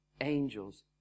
angels